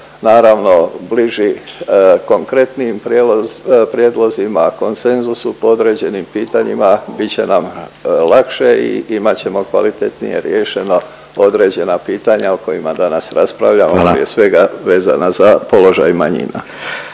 naravno bliži konkretnim prijedlozima, konsenzusu po određenim pitanjima bit će nam lakše i imat ćemo kvalitetnije riješeno određena pitanja o kojima danas raspravljamo… …/Upadica Radin: Hvala./… …prije svega vezana za položaj manjina.